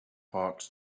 hawks